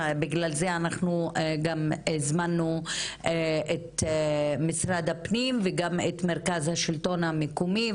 ובגלל זה אנחנו גם הזמנו את משרד הפנים וגם את מרכז השלטון המקומי.